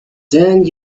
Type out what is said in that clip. then